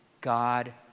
God